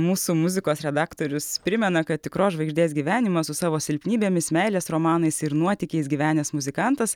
mūsų muzikos redaktorius primena kad tikros žvaigždės gyvenimą su savo silpnybėmis meilės romanais ir nuotykiais gyvenęs muzikantas